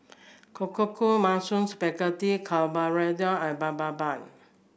Korokke Mushroom Spaghetti Carbonara and Bibimbap